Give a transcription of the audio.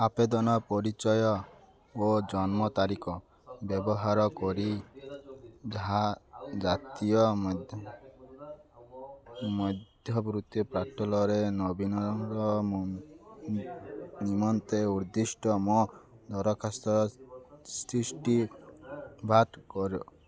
ଆବେଦନ ପରିଚୟ ଓ ଜନ୍ମ ତାରିଖ ବ୍ୟବହାର କରି ଯାହା ଜାତୀୟ ମଧ୍ୟ ମଧ୍ୟବୃତ୍ତି ପାଟଲରେ ନବୀନର ନିମନ୍ତେ ଉଦ୍ଦିଷ୍ଟ ମୋ ଦରଖାସ୍ତର ତିଷ୍ଟି ବାତ କର